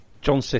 John